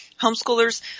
homeschoolers